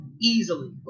easily